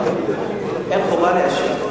להשיב?